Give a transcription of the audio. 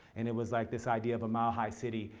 and it was like this idea of a mile-high city,